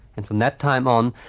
and from that time on,